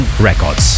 Records